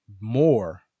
more